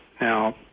Now